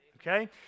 okay